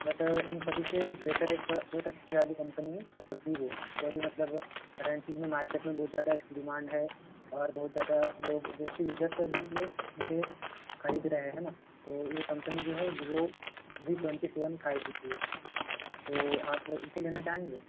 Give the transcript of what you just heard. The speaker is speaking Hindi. बट इन सभी से बेहतर एक बहुत अच्छी वाली कंपनी मतलब वीवो जो अभी मतलब कर्रेंटली में मार्केट में बहुत ज़्यादा इसकी डिमांड है और बहुत ज़्यादा लोग दूसरे यूज़र्स भी इसमें इसे खरीद रहे हैं ना तो ये कंपनी जो है Vivo V twenty seven five G की है तो आप इसे लेना चाहेंगी